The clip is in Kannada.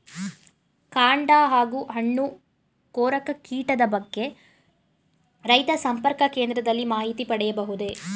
ಕಾಂಡ ಹಾಗೂ ಹಣ್ಣು ಕೊರಕ ಕೀಟದ ಬಗ್ಗೆ ರೈತ ಸಂಪರ್ಕ ಕೇಂದ್ರದಲ್ಲಿ ಮಾಹಿತಿ ಪಡೆಯಬಹುದೇ?